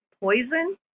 Poison